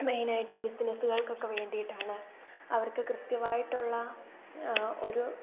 മെയിനായിട്ടും ബിസിനസ്സുകൾക്കൊക്കെ വേണ്ടിയിട്ടാണ് അവർക്ക് കൃത്യവായിട്ടുള്ള ഒരു